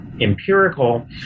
empirical